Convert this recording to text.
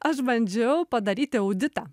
aš bandžiau padaryti auditą